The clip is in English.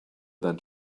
than